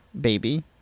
baby